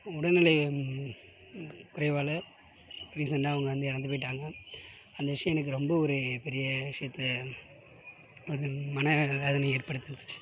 உடல்நிலை குறைவால் ரீசெண்ட்டாக அவங்க வந்து இறந்து போயிட்டாங்க அந்த விஷயம் எனக்கு ரொம்ப ஒரு பெரிய விஷயத்த ஒரு மன வேதனையை ஏற்படுதுனுச்சு